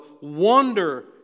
wonder